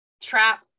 trap